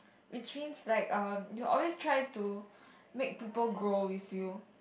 which means like um you are always trying to make people grow you feel